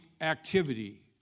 activity